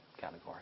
category